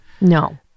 no